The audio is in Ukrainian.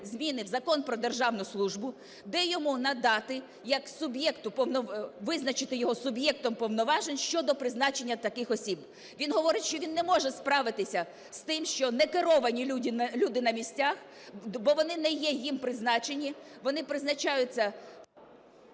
зміни в Закон "Про державну службу", де йому надати, як суб'єкту… визначити його суб'єктом повноважень щодо призначення таких осіб. Він говорить, що він не може справитись з тим, що некеровані люди на місцях, бо вони не є ним призначені, вони призначаються…